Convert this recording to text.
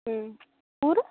ம் ஊர்